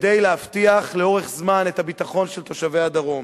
כדי להבטיח לאורך זמן את הביטחון של תושבי הדרום.